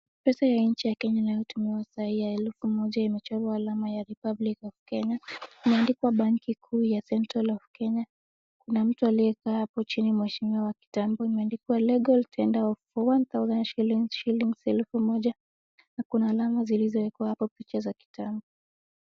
Pesa ya nchi ya Kenya inayotumiwa saa hii ya elfu moja imechorwa alama ya Republic of Kenya . Imeandikwa banki kuu ya Central of Kenya . Kuna mtu aliyekaa hapo chini mheshimiwa wa kitambo. Imeandikwa legal tender for one thousand shillings , shilingi elfu moja na kuna alama zilizowekwa hapo picha za kitambo.